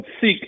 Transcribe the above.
seek